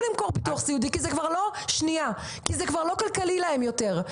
למכור ביטוח סיעודי כי זה כבר לא כלכלי להן יותר?